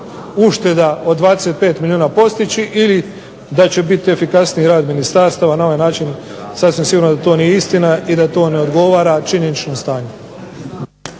ušteda od 25 milijuna postići ili da će biti efikasniji rad ministarstava, na ovaj način sasvim sigurno da to nije istina i da to ne odgovara činjenično stanje.